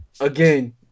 Again